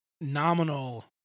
nominal